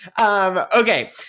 okay